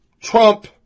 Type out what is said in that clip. Trump